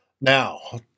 Now